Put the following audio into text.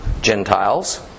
Gentiles